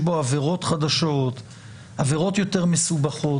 בו עבירות חדשות; עבירות יותר מסובכות.